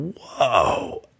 whoa